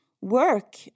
work